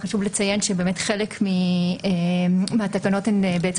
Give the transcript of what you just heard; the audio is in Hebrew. חשוב לציין שבאמת חלק מהתקנות הן בעצם